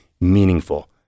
meaningful